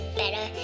better